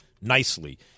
nicely